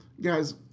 guys